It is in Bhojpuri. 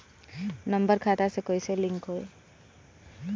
नम्बर खाता से कईसे लिंक होई?